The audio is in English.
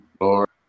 Lord